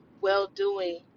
well-doing